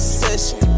session